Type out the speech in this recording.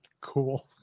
Cool